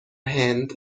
هند